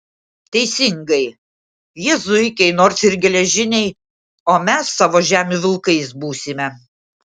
teisingai jie zuikiai nors ir geležiniai o mes savo žemių vilkais būsime